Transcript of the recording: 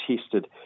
tested